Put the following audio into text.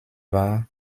war